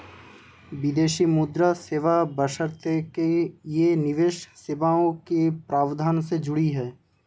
विदेशी मुद्रा सेवा बशर्ते कि ये निवेश सेवाओं के प्रावधान से जुड़ी हों